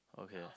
okay